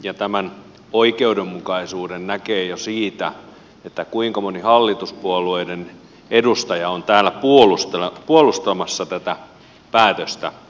ja tämän oikeudenmukaisuuden näkee jo siitä kuinka moni hallituspuolueiden edustaja on täällä puolustamassa tätä päätöstä